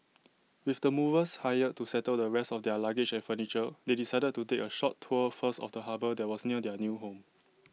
with the movers hired to settle the rest of their luggage and furniture they decided to take A short tour first of the harbour that was near their new home